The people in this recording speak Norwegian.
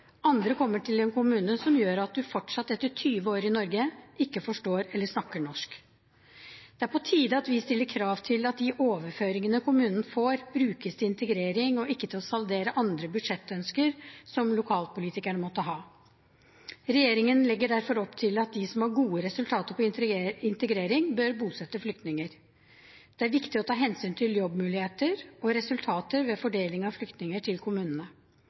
Andre kommer til en kommune der de etter 20 år i Norge fortsatt ikke forstår eller snakker norsk. Det er på tide at vi stiller krav til at de overføringene kommunen får, brukes til integrering og ikke til å saldere andre budsjettønsker som lokalpolitikerne måtte ha. Regjeringen legger derfor opp til at de som har gode resultater på integrering, bør bosette flyktninger. Det er viktig å ta hensyn til jobbmuligheter og resultater ved fordeling av flyktninger til kommunene.